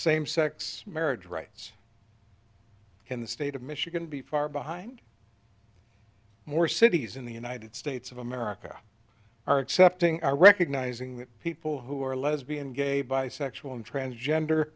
same sex marriage rights in the state of michigan to be far behind more cities in the united states of america are accepting are recognizing that people who are lesbian gay bisexual and transgender